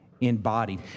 embodied